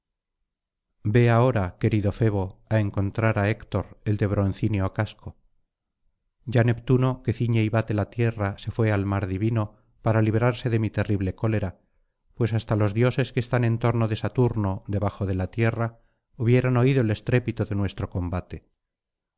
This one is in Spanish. ve ahora querido febo á encontrar á héctor el de broncíneo casco ya neptuno que ciñe y bate la tierra se fué al mar divino para librarse de mi terrible cólera pues hasta los dioses que están en torno de saturno debajo de la tierra hubieran oído el estrépito de nuestro combate